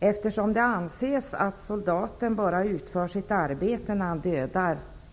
eftersom det anses att soldaten bara utför sitt arbete när han dödar.